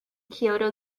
kyoto